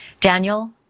Daniel